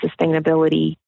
sustainability